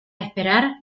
esperar